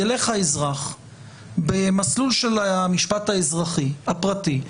ילך האזרח במסלול של המשפט האזרחי הפרטי.